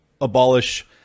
abolish